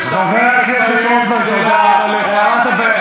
מסכנים את חייהם כדי להגן עליך.